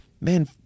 man